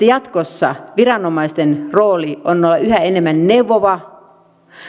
jatkossa viranomaisten rooli on olla yhä enemmän neuvova